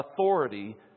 authority